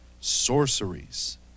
sorceries